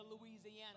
Louisiana